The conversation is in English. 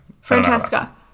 Francesca